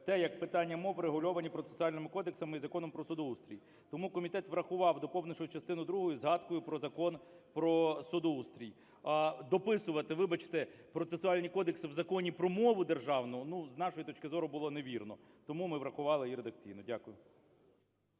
те, як питання мов врегульовані процесуальними кодексами і Законом про судоустрій. Тому комітет врахував, доповнивши частиною другою згадкою про Закон про судоустрій, а дописувати, вибачте, процесуальні кодекси в Законі про мову державну, ну, з нашої точки зору, було б невірно. Тому ми врахували її редакційно. Дякую.